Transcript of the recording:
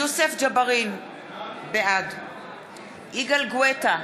נגד יוסף ג'בארין, בעד יגאל גואטה,